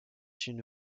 une